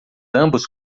ambos